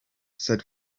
said